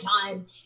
time